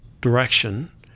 direction